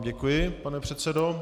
Děkuji vám, pane předsedo.